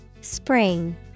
spring